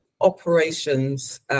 operations